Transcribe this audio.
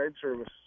Service